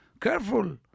careful